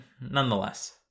nonetheless